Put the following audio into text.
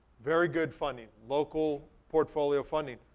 very good funding, local portfolio funding,